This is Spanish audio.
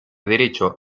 derecho